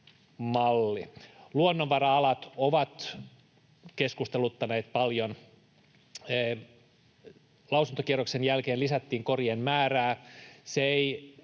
Luonnonvara-alat ovat keskusteluttaneet paljon. Lausuntokierroksen jälkeen lisättiin korien määrää. Saattaa